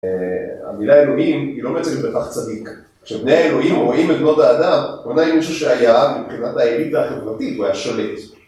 המילה אלוהים היא לא בעצם בטח צדיק. כשבני אלוהים רואים את בנות האדם, הכוונה היא מישהו שהיה, מבחינת האליטה החברתית הוא היה שולט